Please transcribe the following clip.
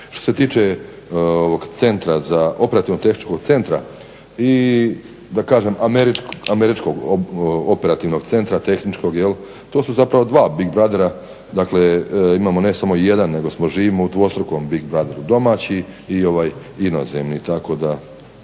Što se tiče Operativno-tehničkog centra i da kažem američkog operativnog centra tehničkog, to su zapravo dva big brothera, dakle imamo ne samo jedan nego živimo u dvostrukom big brotheru: domaći i inozemni. Tako da